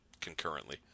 concurrently